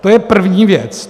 To je první věc.